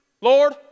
Lord